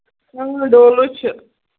اۭں ڈولو چھِ